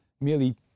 merely